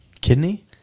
Kidney